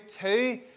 two